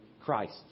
Christ